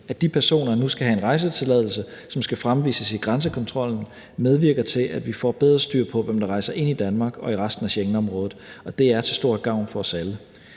At de personer nu skal have en rejsetilladelse, som skal fremvises ved grænsekontrollen, medvirker til, at vi får bedre styr på, hvem der rejser ind i Danmark og i resten af Schengenområdet. Og det er til stor gavn for os alle.